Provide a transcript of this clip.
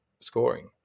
scoring